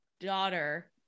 daughter